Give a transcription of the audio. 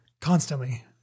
constantly